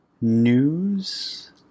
news